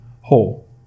whole